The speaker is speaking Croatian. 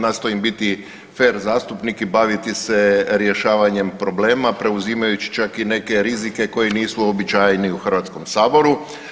Nastojim biti fer zastupnik i baviti se rješavanjem problema preuzimajući čak i neke rizike koji nisu uobičajeni u Hrvatskom saboru.